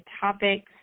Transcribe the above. topics